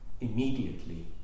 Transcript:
immediately